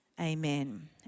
Amen